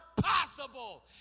possible